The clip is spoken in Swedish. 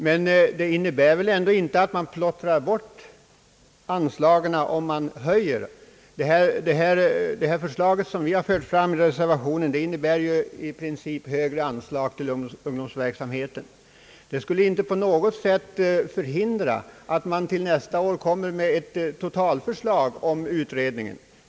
Men det innebär väl ändå inte att man plottrar bort anslagen genom att företa en höjning redan nu, Vårt förslag i reservationen innebär ju i princip högre anslag till ungdomsverksamheten, och det skulle inte på något sätt förhindra att man till nästa år kommer med ett totalförslag i anledning av ungdomsutredningens betänkande.